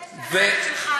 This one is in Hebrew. תודה שהצוות שלך,